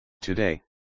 Today